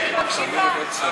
אני מקשיבה.